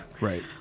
right